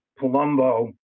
Palumbo